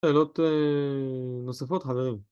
שאלות נוספות חברים